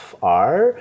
FR